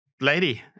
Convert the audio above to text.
lady